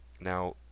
now